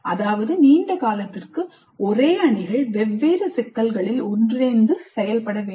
அதாவது நீண்ட காலத்திற்கு ஒரே அணிகள் வெவ்வேறு சிக்கல்களில் ஒன்றிணைந்து செயல்பட வேண்டும்